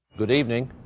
good evening.